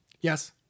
Yes